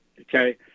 Okay